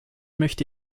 möchte